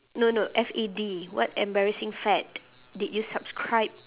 no no F A D what embarrassing fad did you subscribe